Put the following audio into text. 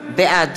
בעד